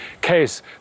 case